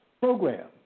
program